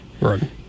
Right